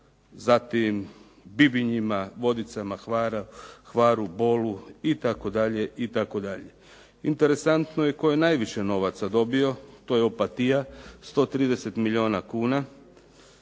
zatim Bibinjima, Vodicama, Hvaru, Bolu itd., itd. Interesantno je tko je najviše novaca dobio. To je Opatija 130 milijuna kuna